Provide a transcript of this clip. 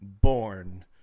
born